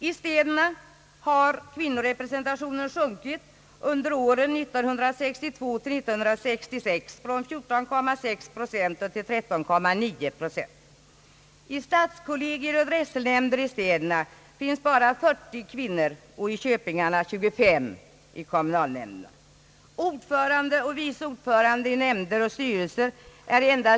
I städerna har kvinnorepresentationen sjunkit under åren 1962—1966 från 14,6 procent till 13,9 procent. I stadskollegier och drätselnämnder i städerna finns bara 40 kvinnor och i köpingarna 25 i kommunalnämnderna. Kvinnor är endast i ett fåtal fall ordförande och vice ordförande i nämnder och styrelser.